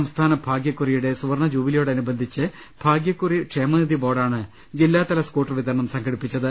സംസ്ഥാന ഭാഗ്യക്കുറിയുടെ സുവർണ്ണ ജൂബിലിയോട നുബന്ധിച്ച് ഭാഗൃക്കുറി ക്ഷേമനിധി ബോർഡാണ് ജില്ലാതല സ്കൂട്ടർ വിത രണം സംഘടിപ്പിച്ചത്